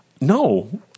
No